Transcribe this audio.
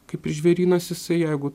kaip ir žvėrynas jisai jeigu